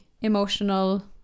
emotional